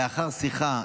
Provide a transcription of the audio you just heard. לאחר שיחה,